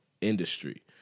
industry